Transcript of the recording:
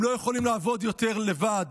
הם לא יכולים לעבוד יותר לבד.